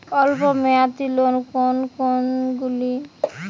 অল্প মেয়াদি লোন কোন কোনগুলি?